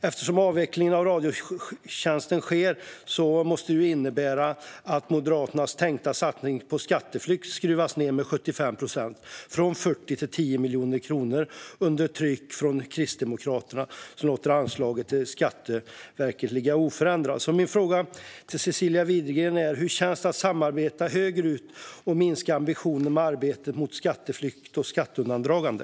Eftersom avvecklingen av Radiotjänst sker måste det innebära att Moderaternas tänkta satsning mot skatteflykt skruvas ned med 75 procent, från 40 till 10 miljoner kronor, under tryck från Kristdemokraterna som låter anslaget till Skatteverket ligga oförändrat. Min fråga till Cecilia Widegren är: Hur känns det att samarbeta högerut och minska ambitionen med arbetet mot skatteflykt och skatteundandragande?